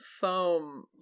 foam